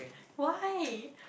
why